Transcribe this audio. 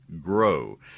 GROW